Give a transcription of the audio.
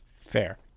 fair